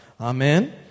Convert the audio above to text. Amen